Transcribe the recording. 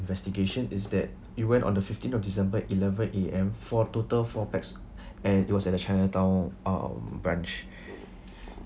investigation is that you went on the fifteenth of december eleven A_M for a total four packs and it was at the chinatown um branch